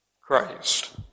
Christ